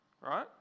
right